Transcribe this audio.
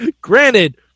Granted